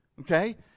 okay